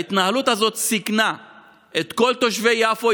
ההתנהלות הזאת סיכנה את כל תושבי יפו,